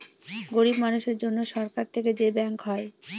গরিব মানুষের জন্য সরকার থেকে যে ব্যাঙ্ক হয়